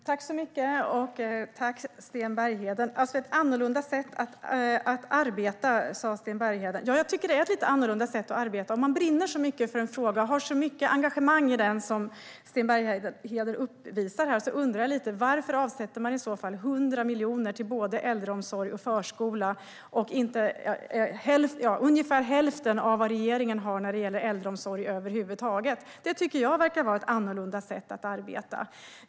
Fru ålderspresident! Tack, Sten Bergheden! Ett annorlunda sätt att arbeta, sa Sten Bergheden. Ja, jag tycker att det är ett lite annorlunda sätt att arbeta. Om man brinner så mycket för en fråga och har så mycket engagemang i den som Sten Bergheden uppvisar här undrar jag lite varför man avsätter 100 miljoner till både äldreomsorg och förskola, vilket är ungefär hälften av vad regeringen avsätter bara till äldreomsorgen. Det tycker jag verkar vara ett annorlunda sätt att arbeta.